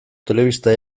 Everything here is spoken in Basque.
telebista